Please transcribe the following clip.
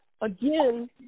again